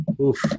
Oof